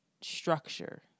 structure